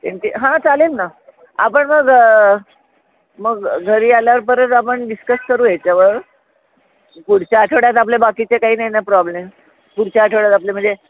त्यांचे हां चालेल ना आपण मग मग घरी आल्यावर परत आपण डिस्कस करू याच्यावर पुढच्या आठवड्यात आपल्या बाकीचे काही नाही ना प्रॉब्लेम पुढच्या आठवड्यात आपले म्हणजे